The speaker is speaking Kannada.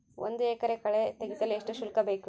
ಒಂದು ಎಕರೆ ಕಳೆ ತೆಗೆಸಲು ಎಷ್ಟು ಶುಲ್ಕ ಬೇಕು?